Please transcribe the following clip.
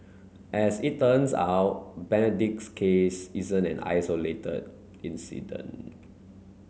as it turns out Benedict's case isn't an isolated incident